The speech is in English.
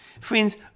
Friends